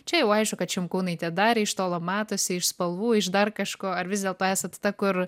čia jau aišku kad šimkūnaitė darė iš tolo matosi iš spalvų iš dar kažko ar vis dėlto esat ta kur